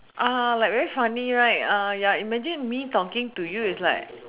ah like very funny right ah ya imagine me talking to you it's like